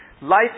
Life